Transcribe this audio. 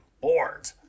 bored